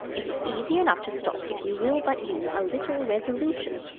it is easy enough to stop if you will but use a little resolution.